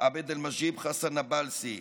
עבד אלמג'יב חסן נאבלסי,